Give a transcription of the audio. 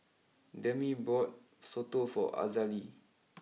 Demi bought Soto for Azalee